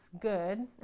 good